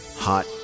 hot